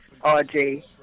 RJ